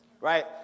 Right